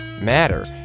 matter